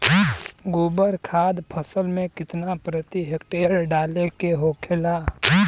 गोबर खाद फसल में कितना प्रति हेक्टेयर डाले के होखेला?